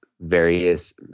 various